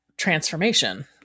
transformation